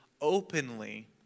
openly